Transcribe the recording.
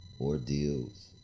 ordeals